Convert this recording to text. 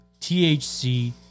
THC